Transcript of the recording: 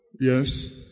Yes